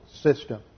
system